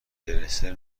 دلستر